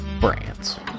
brands